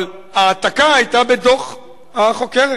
אבל ההעתקה היתה בדוח החוקרת,